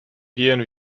gehen